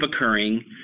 occurring